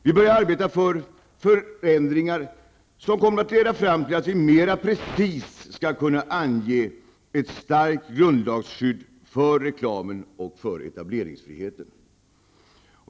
Vi börjar arbeta för förändringar som kommer att leda fram till att vi mera precist skall kunna ange ett starkt grundlagsskydd för reklamen och för etableringsfriheten.